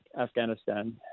Afghanistan